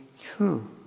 true